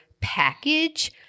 package